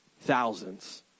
Thousands